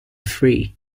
free